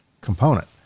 component